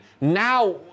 now